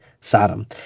Sodom